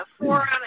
forum